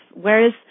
Whereas